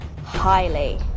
highly